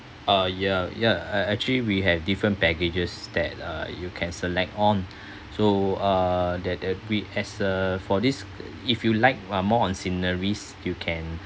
uh yeah yeah uh actually we have different packages that uh you can select on so err that agreed as err for this if you liked uh more on sceneries you can